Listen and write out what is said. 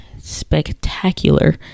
spectacular